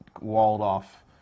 walled-off